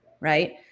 right